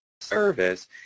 service